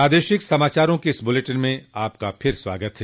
प्रादेशिक समाचारों के इस बुलेटिन में आपका फिर से स्वागत है